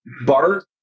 Bart